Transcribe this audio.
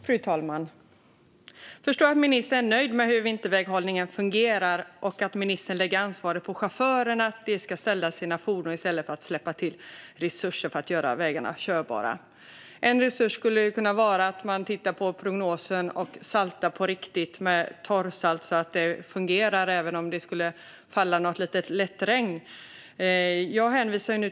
Fru talman! Jag förstår det som att ministern är nöjd med hur vinterväghållningen fungerar, och ministern lägger ansvaret på chaufförerna att ställa sina fordon i stället för att släppa till resurser för att göra vägarna körbara. En sådan resurs skulle kunna vara att man tittar på prognosen och saltar på riktigt med torrsalt så att det fungerar även om ett lätt regn skulle falla.